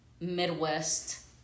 Midwest